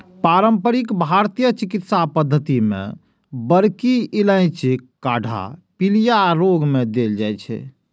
पारंपरिक भारतीय चिकित्सा पद्धति मे बड़की इलायचीक काढ़ा पीलिया रोग मे देल जाइ छै